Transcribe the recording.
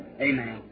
Amen